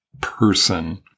person